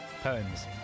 Poems